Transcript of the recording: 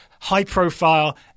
high-profile